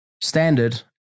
standard